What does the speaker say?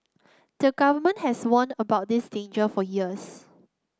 the government has warned about this danger for years